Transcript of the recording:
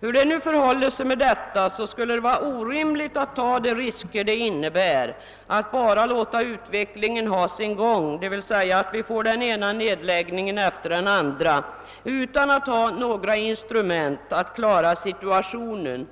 Hur det än förhåller sig med detta skulle det vara orimligt att ta de risker som det innebär att låta utvecklingen ha sin gång, d.v.s. att vi får den ena nedläggningen efter den andra utan att ha några instrument för att klara situationen.